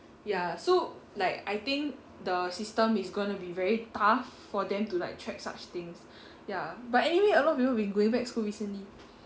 ya so like I think the system it's going to be very tough for them to like track such things ya but anyway a lot of people have been going back school recently